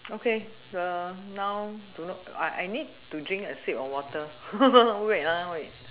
okay uh now dunno I I need do drink a sip of water wait wait